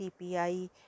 CPI